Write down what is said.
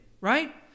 right